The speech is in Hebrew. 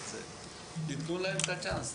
תנו להם את הצ'אנס,